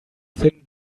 thin